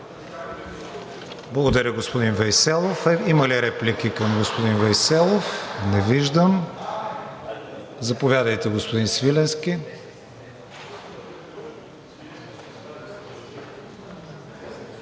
Благодаря, господин Вейселов. Има ли реплики към господин Вейселов? Заповядайте, господин Свиленски.